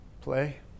play